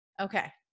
Okay